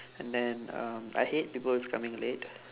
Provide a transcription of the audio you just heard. and then um I hate people is coming late